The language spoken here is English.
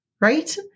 right